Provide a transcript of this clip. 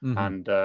and